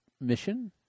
mission